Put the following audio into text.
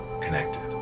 connected